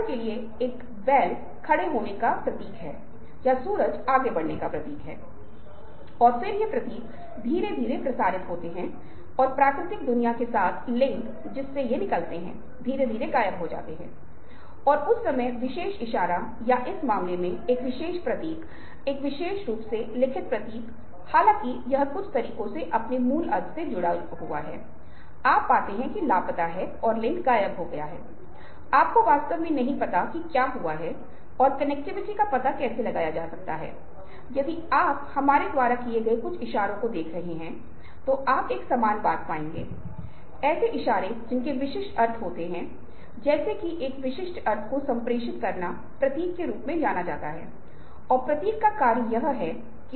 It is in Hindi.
भागवत गीता हमारी परंपरा में एक ज्वलंत उदाहरण है यह क्या है कि हम बात कर रहे हैं कि एक व्यक्ति अपने दुश्मनों के सामने खड़ा है जो उसके भाई उसके चचेरे भाई उसके भतीजे उसके दादा दादी दादा है और यह बताने की कोशिश कर रहा है कि अर्जुन वह भगवान कृष्ण को यह बताने की कोशिश कर रहा है कि मुझे इन लोगों को क्यों मारना चाहिए मुझे क्या फायदा होगा भले ही मैं भौतिक रूप से लाभ उठाऊं क्या यह किसी काम का है क्योंकि आखिरकार मैं मेरे निकट और प्रिय लोग को मार रहा हूं और फिर भी 18 वें अध्याय के अंत में अर्जुन लड़ने के लिए तैयार हैं उन 18 अध्यायों के भीतर क्या हुआ है